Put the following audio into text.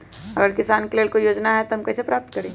अगर किसान के लेल कोई योजना है त हम कईसे प्राप्त करी?